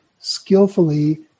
skillfully